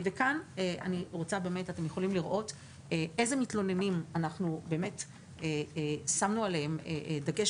אתם יכולים לראות כאן על איזה מתלוננים שמנו דגש